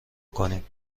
کنیم